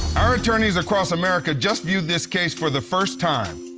our attorneys across america just viewed this case for the first time.